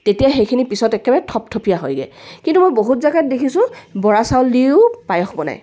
তেতিয়া সেইখিনি পিছত একেবাৰে থপথপীয়া হৈগে কিন্তু মই বহুত জাগাত দেখিছোঁ বৰা চাউল দিও পায়স বনায়